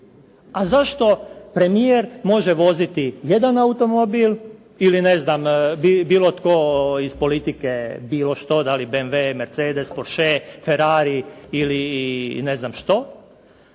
A zašto premijer može voziti jedan automobil ili ne znam bilo tko iz politike bilo što da li BMW, Mercedes, Porsche, Ferrari ili ne znam što.